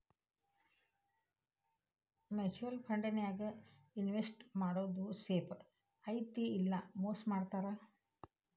mutual ಫಂಡನ್ಯಾಗ invest ಮಾಡೋದ್ safe ಐತಿ ಇಲ್ಲಾ ಮೋಸ ಮಾಡ್ತಾರಾ